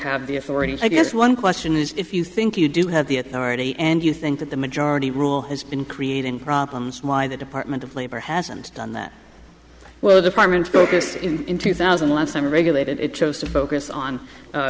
have the authority i guess one question is if you think you do have the authority and you think that the majority rule has been creating problems why the department of labor hasn't done that well department go through in two thousand last time regulated it chose to focus on